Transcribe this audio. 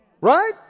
Right